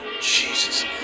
Jesus